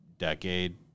decade